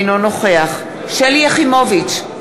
אינו נוכח שלי יחימוביץ,